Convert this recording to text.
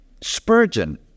Spurgeon